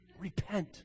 Repent